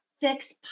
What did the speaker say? Fix